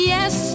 Yes